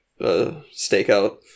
stakeout